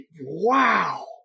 Wow